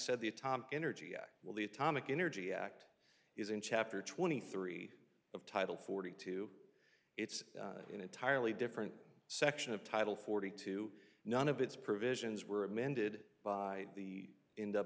said the atomic energy well the atomic energy act is in chapter twenty three of title forty two it's an entirely different section of title forty two none of its provisions were amended by the